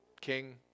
king